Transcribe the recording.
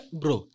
bro